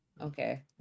Okay